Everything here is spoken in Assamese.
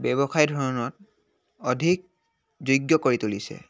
ব্যৱসায় ধৰণত অধিক যোগ্য কৰি তুলিছে